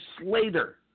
Slater